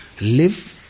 live